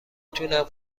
تونم